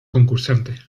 concursante